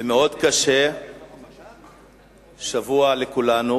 ומאוד קשה השבוע לכולנו,